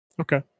Okay